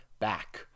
back